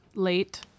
Late